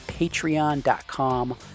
patreon.com